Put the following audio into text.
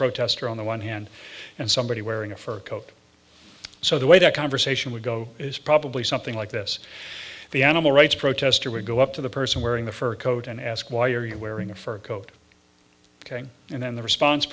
protester on the one hand and somebody wearing a fur coat so the way that conversation would go is probably something like this the animal rights protester would go up to the person wearing the fur coat and ask why are you wearing a fur coat ok and then the response